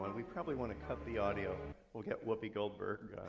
and we probably want to cut the audio we'll get whoopi goldberg ah